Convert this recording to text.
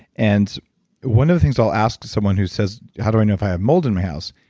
and one of the things i'll ask someone who says, how do i know if i ah mold in my house?